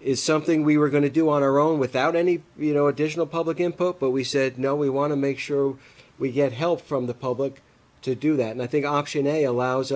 is something we were going to do on our own without any you know additional public input but we said no we want to make sure we get help from the public to do that and i think action a allows